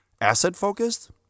Asset-focused